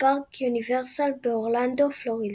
בפארק יוניברסל באורלנדו, פלורידה.